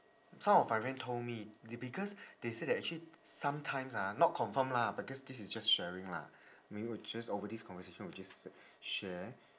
some of my friend told me they because they say that actually sometimes ah not confirm lah but this this is just sharing lah I mean which is over this conversation we just share